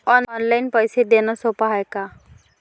Online पैसे देण सोप हाय का?